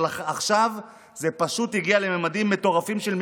אבל עכשיו זה פשוט הגיע לממדים מטורפים של מיליארדים.